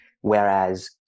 Whereas